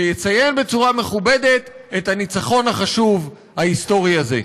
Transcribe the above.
שיציין בצורה מכובדת את הניצחון החשוב ההיסטורי הזה.